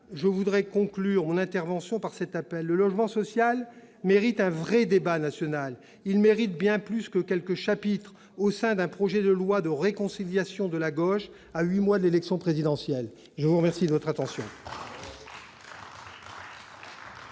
Je conclurai mon intervention par un appel. Le logement social mérite un vrai débat national. Il mérite bien plus que quelques chapitres au sein d'un projet de loi de réconciliation de la gauche, à huit mois de l'élection présidentielle ! La parole est à M.